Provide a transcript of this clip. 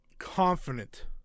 Confident